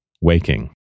waking